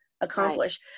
accomplish